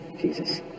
Jesus